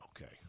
Okay